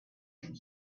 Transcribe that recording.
should